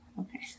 Okay